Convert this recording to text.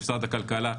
למשרד הכלכלה,